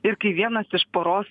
ir kiekvienas iš poros